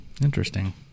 interesting